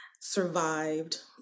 survived